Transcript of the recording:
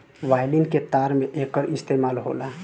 violin के तार में एकर इस्तेमाल होला